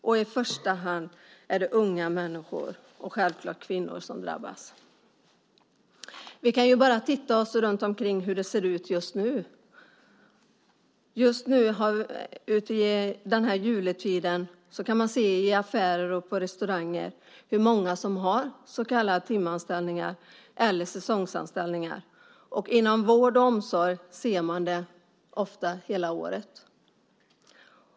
I första hand är det unga människor och självklart kvinnor som drabbas. Vi kan ju bara se oss omkring. Nu i jultid ser man många som har så kallade timanställningar eller säsongsanställningar i affärer och på restauranger. Inom vård och omsorg ser man dem ofta hela året.